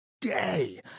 day